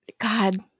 God